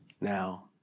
now